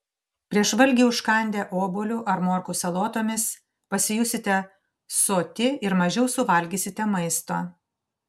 prieš valgį užkandę obuoliu ar morkų salotomis pasijusite soti ir mažiau suvalgysite maisto